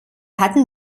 hatten